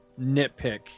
nitpick